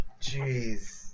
Jeez